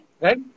Right